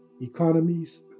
economies